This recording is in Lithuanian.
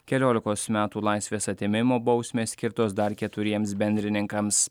keliolikos metų laisvės atėmimo bausmę skirtos dar keturiems bendrininkams